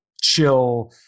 chill